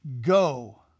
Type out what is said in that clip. go